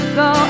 go